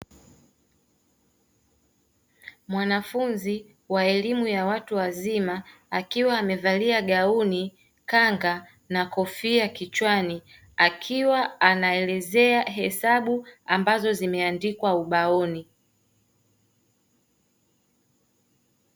Mwanafunzi wa elimu ya watu wazima akiwa amevalia gauni, khanga na kofia kichwani akiwa anaelezea hesabu ambazo zimeandikwa ubaoni.